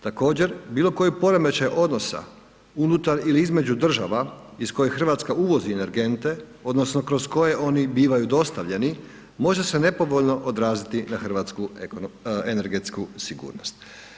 Također bilo koji poremećaj odnosa unutar ili između država iz koje RH uvozi energente odnosno kroz koje oni bivaju dostavljeni može se nepovoljno odraziti na hrvatsku energetsku sigurnost.